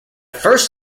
first